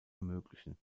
ermöglichen